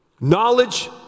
Knowledge